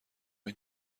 این